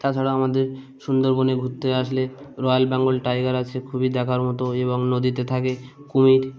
তাছাড়া আমাদের সুন্দরবনে ঘুরতে আসলে রয়্যাল বেঙ্গল টাইগার আছে খুবই দেখার মতো এবং নদীতে থাকে কুমির